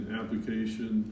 application